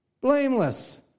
blameless